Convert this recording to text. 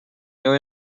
new